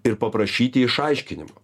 ir paprašyti išaiškinimo